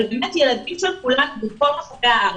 אבל אלה ילדים של כולנו בכל רחבי הארץ.